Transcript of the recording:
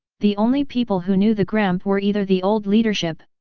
the only people who knew the gramp were either the old leadership,